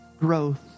growth